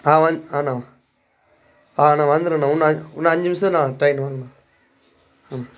ஆ ஆ ணா ஆ ணா வந்துடுங்கண்ணா இன்னும் இன்னும் அஞ்சு நிமிஷம்ணா ட்ரெயின் வருண்ணா